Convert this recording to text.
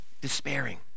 despairing